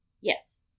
Yes